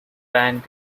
band